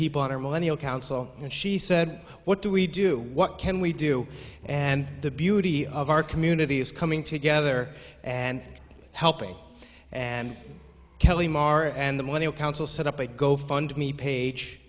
people on our millennium council and she said what do we do what can we do and the beauty of our community is coming together and helping and kelly maher and the money council set up and go fund me page